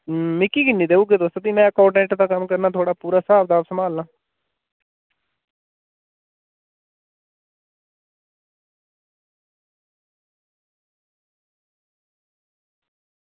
मिकी किन्नी देऊगे तुस ते भी में अकाउंटेंट दा कम्म करना थुआढ़ा पूरा स्हाब कताब संभालना